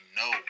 no